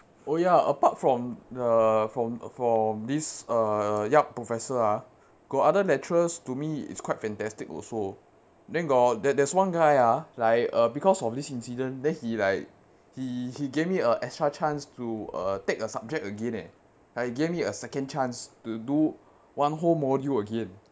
oh ya apart from the from for this uh yap professor ah got other lecturers to me it's quite fantastic also then got there there's one guy ah like uh because of this incident then he like he he gave me a extra chance to uh take a subject again leh like he gave me a second chance to do [one] whole module again